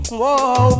whoa